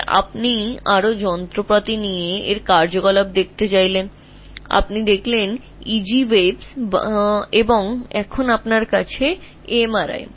সুতরাং ক্রিয়াকলাপ সন্ধান করার জন্য আরও পদ্ধতি উদ্ভাবন কর তুমি EG তরঙ্গগুলি দেখেছ এবং এখন তোমার কাছে MRI রয়েছে